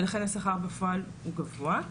ולכן השכר בפועל הוא גבוה.